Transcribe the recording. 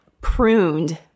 pruned